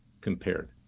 compared